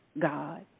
God